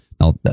Now